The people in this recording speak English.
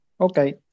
Okay